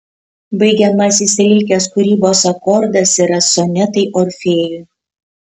baigiamasis rilkės kūrybos akordas yra sonetai orfėjui